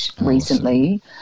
recently